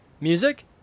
Music